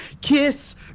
Kiss